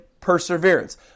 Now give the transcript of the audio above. perseverance